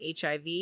HIV